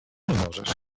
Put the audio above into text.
możesz